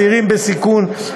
צעירים בסיכון,